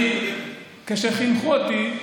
כשחינכו אותי,